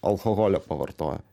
alkoholio pavartoja